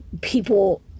people